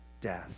death